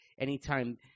anytime